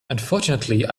unfortunately